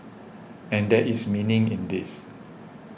and there is meaning in this